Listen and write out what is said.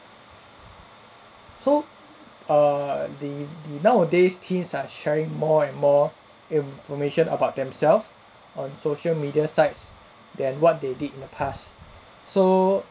so err the the nowadays teens are sharing more and more information about themselves on social media sites than what they did in the past so